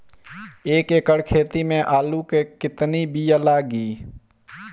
एक एकड़ खेती में आलू के कितनी विया लागी?